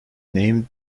named